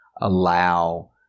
allow